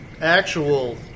actual